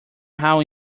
how